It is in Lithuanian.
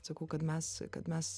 sakau kad mes kad mes